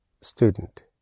student